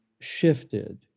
shifted